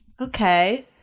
Okay